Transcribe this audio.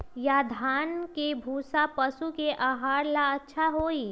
या धान के भूसा पशु के आहार ला अच्छा होई?